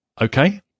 okay